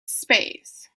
space